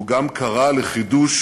הוא גם קרא לחידוש